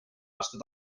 aasta